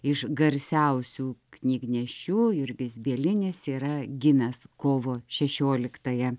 iš garsiausių knygnešių jurgis bielinis yra gimęs kovo šešioliktąją